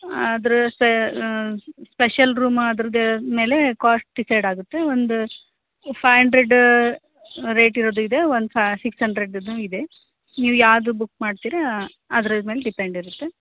ಆದರೆ ಸೆ special room ಅದ್ರದ್ದು ಮೇಲೆ ಕಾಸ್ಟ್ ಡಿಸೈಡ್ ಆಗುತ್ತೆ ಒಂದು ಫೈ ಹಂಡ್ರೆಡ್ ರೇಟ್ ಇರೋದಿದೆ ಒನ್ ಫ ಸಿಕ್ಸ್ ಹಂಡ್ರೆಡ್ಡಿದು ಇದೆ ನೀವು ಯಾವುದು ಬುಕ್ ಮಾಡ್ತೀರ ಅದ್ರದ್ದು ಮೇಲೆ ಡಿಪೆಂಡಿರುತ್ತೆ